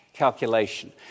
Calculation